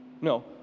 No